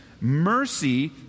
mercy